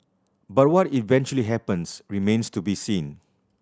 but what eventually happens remains to be seen